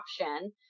option